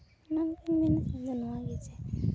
ᱚᱱᱟᱛᱮᱧ ᱢᱮᱱᱟ ᱱᱚᱣᱟᱜᱮ ᱪᱮᱫ